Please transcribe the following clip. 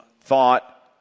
thought